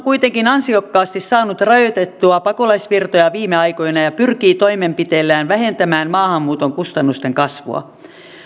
kuitenkin ansiokkaasti saanut rajoitettua pakolaisvirtoja viime aikoina ja pyrkii toimenpiteillään vähentämään maahanmuuton kustannusten kasvua